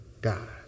God